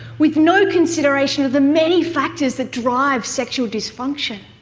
with no consideration of the many factors that drive sexual dysfunction.